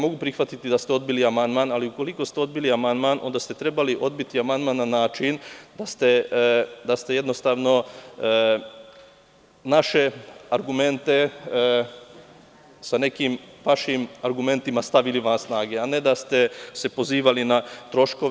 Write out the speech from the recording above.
Mogu prihvatiti da ste odbili amandman, ali ukoliko ste odbili amandman, onda ste trebali odbiti amandman na način da ste naše argumente sa nekim vašim argumentima stavili van snage, a ne da ste se pozivali na troškove.